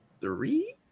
Three